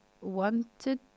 wanted